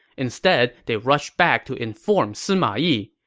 instead, they rushed back to inform sima yi,